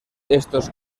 estos